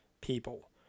people